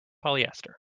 polyester